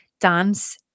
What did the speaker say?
dance